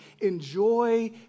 enjoy